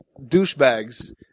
douchebags